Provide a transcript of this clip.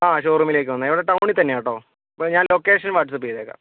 ആ ഷോറൂമിലേക്ക് വന്നാൽ മതി ഇവിടെ ടൗണിൽ തന്നെയാട്ടോ അപ്പോൾ ഞാൻ ലൊക്കേഷൻ വാട്സ്ആപ് ചെയ്തേക്കാം